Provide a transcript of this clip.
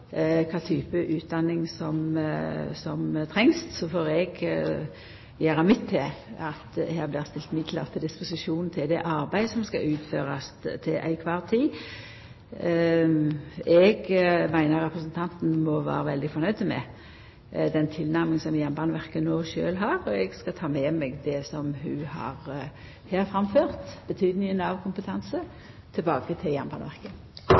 kva type utdanning som trengst. Så får eg gjera mitt til at det blir stilt midlar til disposisjon til det arbeidet som skal utførast heile tida. Eg meiner at representanten må vera veldig fornøgd med den tilnærminga som Jernbaneverket no har, og eg skal ta med meg det som ho har framført her – om betydninga av kompetanse – tilbake til Jernbaneverket.